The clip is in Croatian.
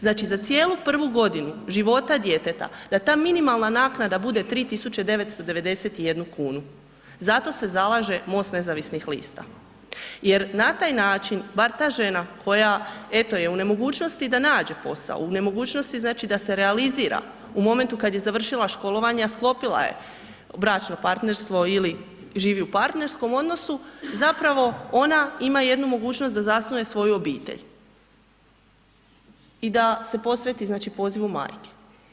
Znači za cijelu prvu godinu života djeteta da ta minimalna naknada bude 3991 kn, zato se zalaže MOST nezavisnih lista jer na taj način bar ta žena koja eto je u nemogućnosti da nađe posao, u nemogućnosti da se realizira u momentu kad je završila školovanje a sklopila je bračno partnerstvo ili živi u partnerskom odnosu, zapravo ona ima jednu mogućnost da zasnuje svoju obitelj i da se posveti znači pozivu majke.